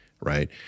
Right